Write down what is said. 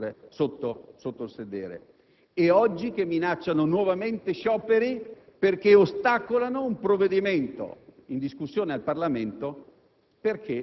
poteri. Ritenete che in un Paese normale si possa accettare che un potere (che poi rappresenta sostanzialmente una categoria,